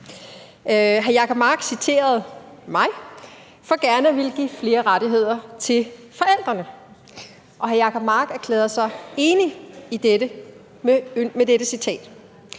Hr. Jacob Mark citerede mig for gerne at ville give flere rettigheder til forældrene, og hr. Jacob Mark erklærede sig enig i dette ved at